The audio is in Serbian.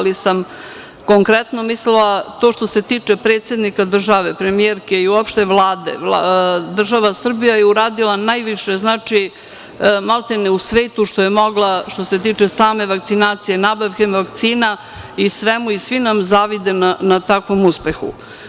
Konkretno sam mislila, to što se tiče predsednika države, premijerke i uopšte Vlade, država Srbija je uradila najviše, maltene, u svetu, što se tiče same vakcinacije, nabavke vakcina i svi nam zavide na takvom uspehu.